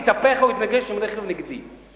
והתהפך או התנגש ברכב נגדי?